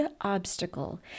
obstacle